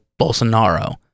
Bolsonaro